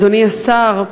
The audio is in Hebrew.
אדוני השר,